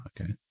Okay